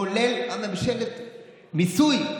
כולל ממשלת מיסוי,